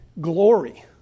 glory